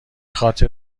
خاطر